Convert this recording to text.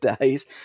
days